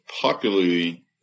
popularly